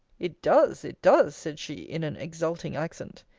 it does! it does! said she, in an exulting accent.